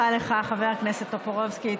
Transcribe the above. לך, חבר הכנסת טופורובסקי.